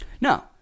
No